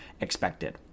expected